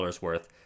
worth